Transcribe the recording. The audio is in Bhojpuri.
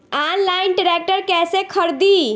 आनलाइन ट्रैक्टर कैसे खरदी?